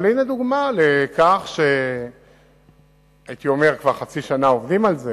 אבל הנה דוגמה לכך שכבר חצי שנה עובדים על זה